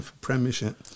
Premiership